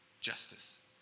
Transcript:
Justice